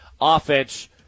Offense